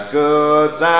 goods